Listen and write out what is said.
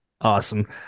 Awesome